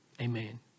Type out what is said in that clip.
Amen